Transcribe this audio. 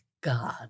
God